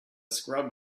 scrub